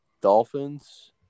Dolphins